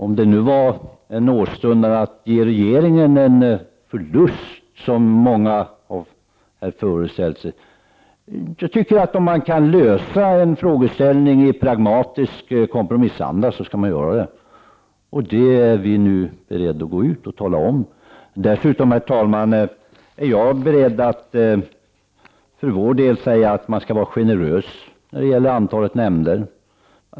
Jag vet inte om det var en åstundan att ge regeringen en förlust som låg bakom, men jag menar att om man kan lösa en fråga i pragmatisk kompromissanda så skall man göra det. Detta är vi nu beredda att gå ut och tala om. Dessutom är jag, herr talman, beredd att för utskottsmajoritetens del säga att vi anser att man skall vara generös i fråga om antalet nämnder.